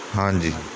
ਹਾਂਜੀ